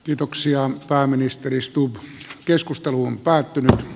kiitoksia on pääministeri stubb keskustelu on päättynyt